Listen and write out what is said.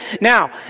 now